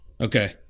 Okay